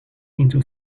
into